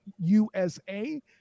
usa